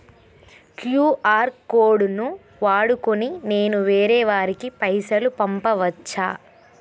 QR code ను వాడుకొని నేను వేరే వారికి పైసలు పంపచ్చా?